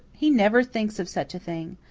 he never thinks of such a thing.